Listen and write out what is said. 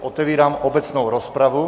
Otevírám obecnou rozpravu.